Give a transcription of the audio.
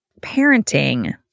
parenting